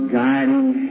guiding